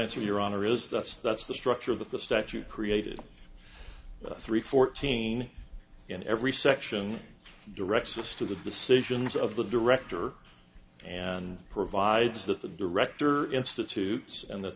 answer your honor is that's that's the structure of the statute created three fourteen in every section directs us to the decisions of the director and provides that the director institutes and that